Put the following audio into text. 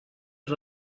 els